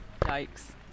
Yikes